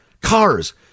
cars